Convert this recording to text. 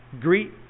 Greet